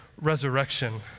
resurrection